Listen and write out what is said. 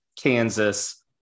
Kansas